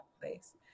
place